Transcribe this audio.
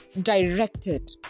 directed